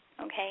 okay